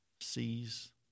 sees